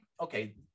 okay